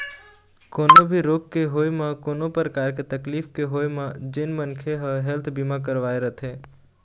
कोनो भी रोग के होय म कोनो परकार के तकलीफ के होय म जेन मनखे ह हेल्थ बीमा करवाय रथे